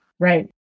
Right